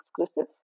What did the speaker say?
exclusive